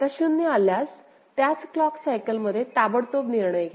आता 0 आल्यास त्याच क्लॉक सायकल मध्ये ताबडतोब निर्णय घ्या